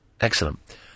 Excellent